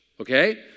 Okay